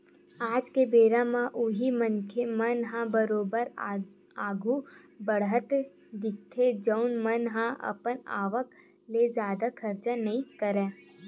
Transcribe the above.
आज के बेरा म उही मनखे मन ह बरोबर आघु बड़हत दिखथे जउन मन ह अपन आवक ले जादा खरचा नइ करय